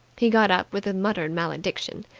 he got up with a muttered malediction.